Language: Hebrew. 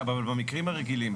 אבל במקרים הרגילים,